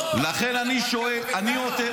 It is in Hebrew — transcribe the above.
לכן אני שואל --- לא, על אחת כמה וכמה.